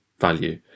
value